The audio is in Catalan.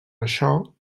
això